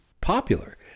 popular